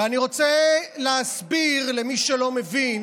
ואני רוצה להסביר למי שלא מבין